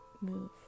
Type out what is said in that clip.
move